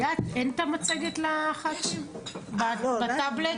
ליאת, אין המצגת לח"כים בטאבלט?